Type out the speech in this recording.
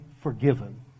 forgiven